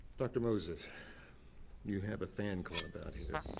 dr. moses you have a fan club out here